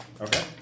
Okay